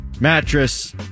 Mattress